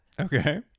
okay